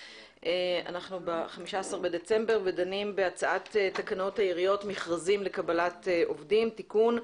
ב-15 בדצמבר ודנים בהצעת תקנות העיריות (מכרזים לקבלת עובדים)(תיקון),